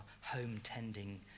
home-tending